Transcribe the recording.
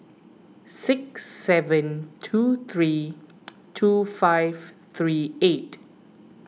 six seven two three two five three eight